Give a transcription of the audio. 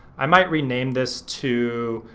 i might rename this to,